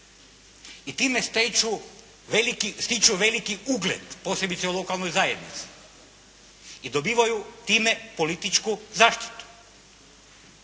i time stiču veliki ugled, posebice u lokalnoj zajednici i dobivaju time političku zaštitu